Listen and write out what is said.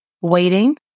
waiting